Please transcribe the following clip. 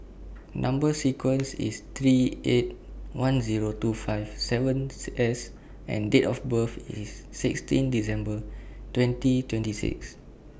Number sequence IS T three eight one Zero two five seven S and Date of birth IS sixteen December twenty twenty six